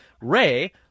Ray